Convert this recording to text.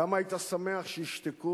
כמה היית שמח שישתקו,